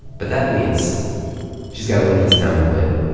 but that means she's got to leave this town with a win